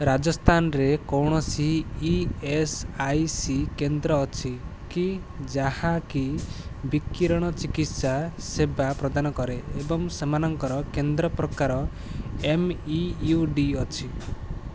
ରାଜସ୍ଥାନରେ କୌଣସି E S I C କେନ୍ଦ୍ର ଅଛି କି ଯାହାକି ବିକିରଣ ଚିକିତ୍ସା ସେବା ପ୍ରଦାନ କରେ ଏବଂ ସେମାନଙ୍କର କେନ୍ଦ୍ର ପ୍ରକାର ଏମ୍ ଇ ୟୁ ଡ଼ି ଅଛି